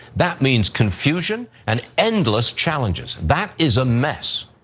that means confusion, and endless challenges, that is a mess.